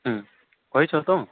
ହଁ କହିଛ ତ